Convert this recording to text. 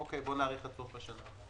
אוקיי, בואו נאריך עד סוף השנה.